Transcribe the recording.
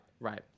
Right